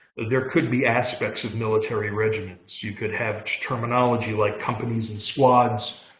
there could be aspects of military regimens. you could have terminology, like companies and squads,